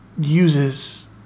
uses